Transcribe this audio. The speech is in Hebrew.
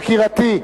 יקירתי.